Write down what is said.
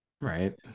Right